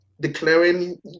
declaring